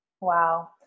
Wow